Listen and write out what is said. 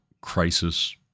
Crisis